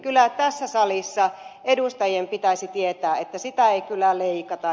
kyllä tässä salissa edustajien pitäisi tietää että sitä ei kyllä leikata